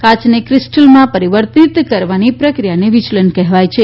કાયને ક્રિસ્ટલમાં પરિવર્તિત કરવાની પ્રક્રિયાને વિચલન કહેવાય છે